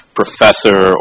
professor